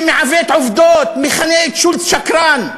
שמעוות עובדות, מכנה את שולץ "שקרן",